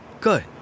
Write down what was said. Good